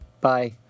bye